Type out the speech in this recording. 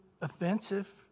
offensive